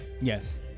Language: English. Yes